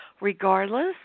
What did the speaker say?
regardless